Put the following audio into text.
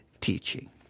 teaching